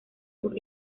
por